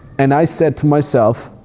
and i said to myself,